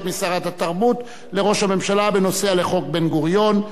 משרת התרבות לראש הממשלה במה שקשור לחוק בן-גוריון.